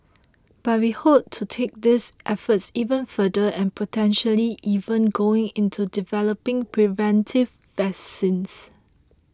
but we hope to take these efforts even further and potentially even going into developing preventive vaccines